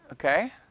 Okay